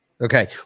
Okay